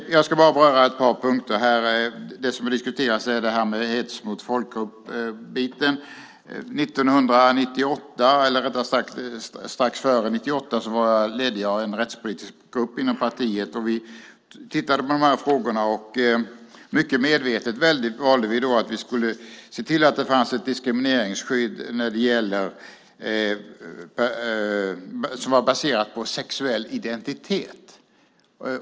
Jag ska bara beröra ett par punkter här. Det som har diskuterats är det här med hets mot folkgrupp. Strax före 1998 ledde jag en rättspolitisk grupp inom partiet, och vi tittade på de här frågorna. Mycket medvetet valde vi att vi skulle se till att det fanns ett diskrimineringsskydd som var baserat på sexuell identitet.